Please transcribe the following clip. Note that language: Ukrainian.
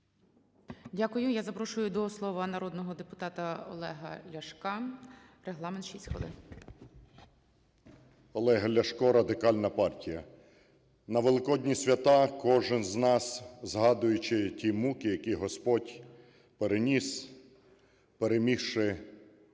Дякую. Я запрошую до слова народного депутата Олега Ляшка. Регламент - 6 хвилин. 13:17:00 ЛЯШКО О.В. Олег Ляшко, Радикальна партія. На Великодні свята кожен з нас, згадуючи ті муки, які Господь переніс, перемігши…